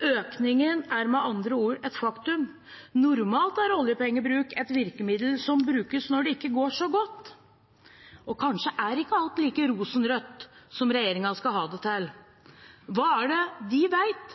Økningen er med andre ord et faktum. Normalt er oljepengebruk et virkemiddel som brukes når det ikke går så godt, og kanskje er ikke alt like rosenrødt som regjeringen skal ha det til. Hva er det de